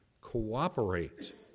cooperate